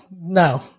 no